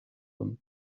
him